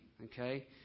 Okay